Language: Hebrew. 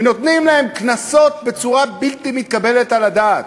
ונותנים להם קנסות בלתי מתקבלים על הדעת.